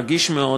רגיש מאוד,